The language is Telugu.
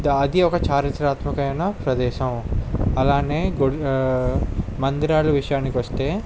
అది ఒక చారిత్రాత్మక అయిన ప్రదేశం అలాగే మందిరాల విషయానికొస్తే